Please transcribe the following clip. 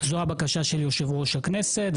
זו הבקשה של יושב-ראש הכנסת.